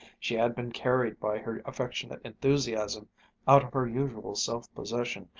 she had been carried by her affectionate enthusiasm out of her usual self-possession,